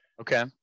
Okay